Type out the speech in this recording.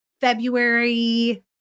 February